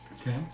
Okay